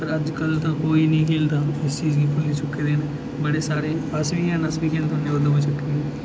पर अजकल तां कोई निं खेढदा इसी चीज गी भुल्ली चुक्के दे न बड़े सारे अस बी हैन अस बी खेढदे